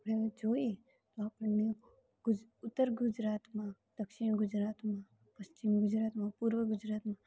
પણ જોઈ આપણને ઉત્તર ગુજરાતમાં દક્ષિણ ગુજરાતમાં પશ્ચિમ ગુજરાતમાં પૂર્વ ગુજરાતમાં